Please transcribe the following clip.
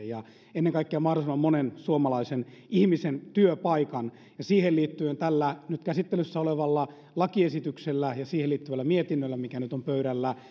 ja ennen kaikkea mahdollisimman monen suomalaisen ihmisen työpaikan siihen liittyen tällä nyt käsittelyssä olevalla lakiesityksellä ja siihen liittyvällä mietinnöllä mikä nyt on pöydällä